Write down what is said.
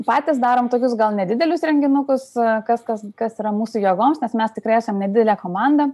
patys darom tokius gal nedidelius renginukus kas kas kas yra mūsų jėgoms nes mes tikrai esam nedidelė komanda